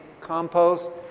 compost